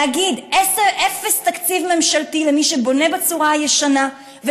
להגיד: אפס תקציב ממשלתי למי שבונה בצורה הישנה,